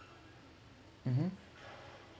mmhmm